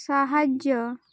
ସାହାଯ୍ୟ